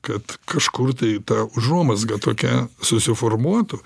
kad kažkur tai ta užuomazga tokia susiformuotų